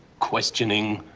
questioning.